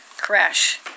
crash